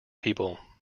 people